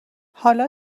حالا